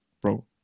bro